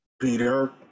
Peter